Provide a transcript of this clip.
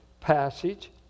passage